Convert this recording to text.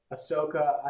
Ahsoka